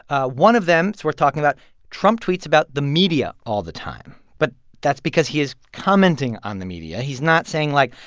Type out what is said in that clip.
ah one of them that's worth talking about trump tweets about the media all the time, but that's because he is commenting on the media. he's not saying, like,